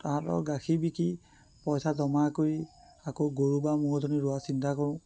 তাহাঁতৰ গাখীৰ বিকি পইচা জমা কৰি আকৌ গৰু বা ম'হজনী লোৱা চিন্তা কৰোঁ